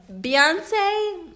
Beyonce